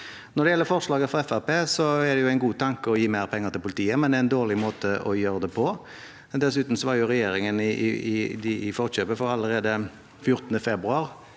Når det gjelder forslaget fra Fremskrittspartiet, er det en god tanke å gi mer penger til politiet, men det er en dårlig måte å gjøre det på. Dessuten har regjeringen kommet dem i forkjøpet, for allerede 14. februar